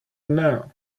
now